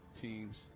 teams